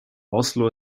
oslo